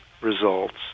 results